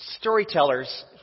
storytellers